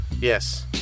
Yes